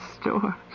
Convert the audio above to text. store